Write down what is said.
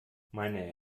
meine